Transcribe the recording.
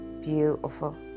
beautiful